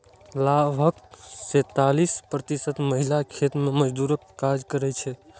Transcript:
लगभग सैंतालिस प्रतिशत महिला खेत मजदूरक काज करै छै